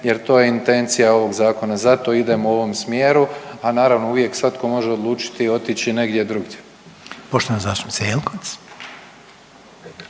jer to je intencija ovog zakona. Zato idemo u ovom smjeru, a naravno uvijek svatko može odlučiti otići negdje drugdje.